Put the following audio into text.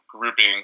grouping